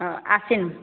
ओ आश्विन